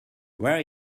where